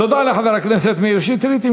תודה לחבר הכנסת מאיר שטרית.